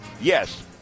Yes